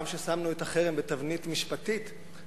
פעם ששמנו את החרם בתבנית משפטית,